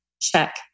Check